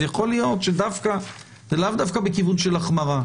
יכול להיות שלאו דווקא בכיוון החמרה.